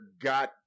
got